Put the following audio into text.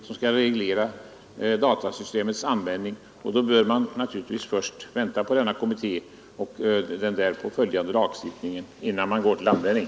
Jag kan inte förstå varför man annars tillsätter en kommitté som skall framlägga ett förslag till lagstiftning som skall reglera datasystemens användning.